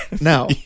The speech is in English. Now